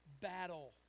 battle